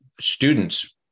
students